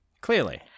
clearly